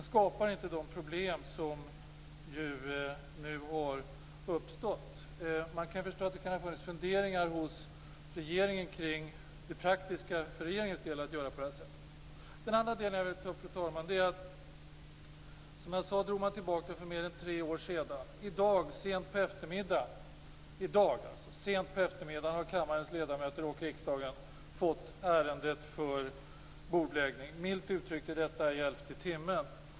Då skapas inte sådana problem som nu har uppstått. Jag kan dock förstå att det kan ha funnits funderingar hos regeringen kring det praktiska för regeringens del med att göra på det här sättet. Så till den andra delen, fru talman, som jag vill ta upp. För mer än tre år sedan drogs ju ett förslag tillbaka. I dag, sent på eftermiddagen, har kammarens ledamöter, riksdagen, fått ärendet för bordläggning. Milt uttryckt sker detta i elfte timmen.